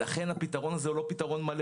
לכן הפתרון הזה הוא לא מלא,